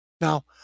Now